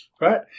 right